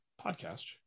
podcast